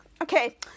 Okay